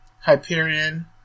Hyperion